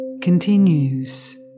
continues